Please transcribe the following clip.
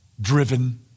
driven